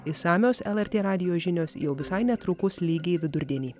išsamios lrt radijo žinios jau visai netrukus lygiai vidurdienį